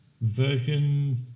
version